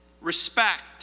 respect